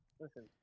Listen